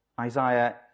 Isaiah